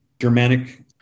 Germanic